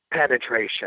penetration